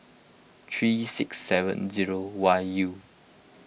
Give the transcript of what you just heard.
three six seven zero Y U